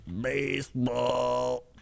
baseball